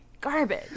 garbage